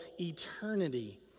eternity